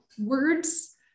words